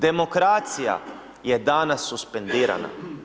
Demokracija je danas suspendirana.